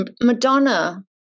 Madonna